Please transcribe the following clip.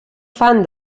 fan